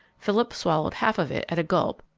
philip swallowed half of it at a gulp,